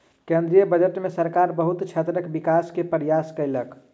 केंद्रीय बजट में सरकार बहुत क्षेत्रक विकास के प्रयास केलक